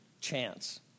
chance